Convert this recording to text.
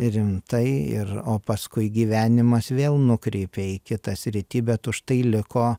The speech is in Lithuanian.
rimtai ir o paskui gyvenimas vėl nukreipė į kitą sritį bet užtai liko